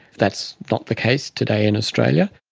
that's not the case today in australia.